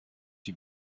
die